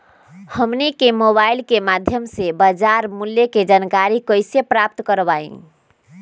हमनी के मोबाइल के माध्यम से बाजार मूल्य के जानकारी कैसे प्राप्त करवाई?